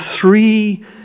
three